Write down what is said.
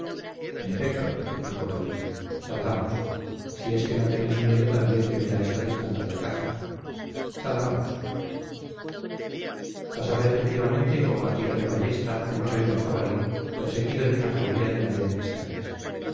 en efecto dijo vadillo salgamos si es que no tenéis miedo también de ver a esta distancia la caza salgamos pasaba efectivamente como a tiro de ballesta un horrendo jabalí perseguido de una jauría de valientes canes